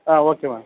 ಹಾಂ okay ma'am